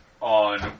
on